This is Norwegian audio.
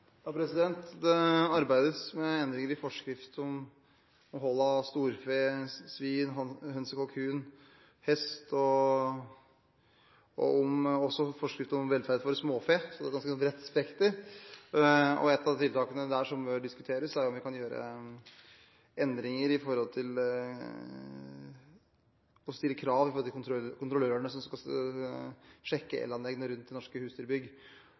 Det arbeides med endringer i forskrift om hold av storfe, svin, høns og kalkun, hest, og det arbeides også med endringer i forskrift om velferd for småfe, så det er et ganske bredt spekter. Et av tiltakene som bør diskuteres, er om vi kan gjøre endringer når det gjelder å stille krav til kontrollørene som skal sjekke elanleggene i norske